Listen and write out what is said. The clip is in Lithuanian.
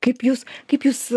kaip jūs kaip jūs